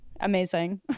Amazing